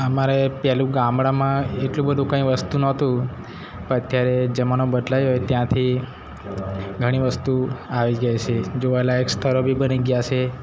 અમારે પેલું ગામડામાં એટલું બધું કંઈ વસ્તુ નહોતું પણ અત્યારે જમાનો બદલાયો ત્યાંથી ઘણી વસ્તુ આવી જાય છે જોવાલાયક સ્થળો બી બની ગયાં છે